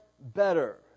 better